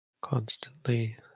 constantly